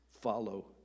follow